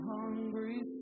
hungry